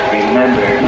remember